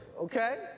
okay